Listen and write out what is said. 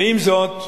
ועם זאת,